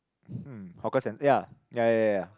hmm hawker cen~ ya ya ya ya ya